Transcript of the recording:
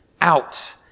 out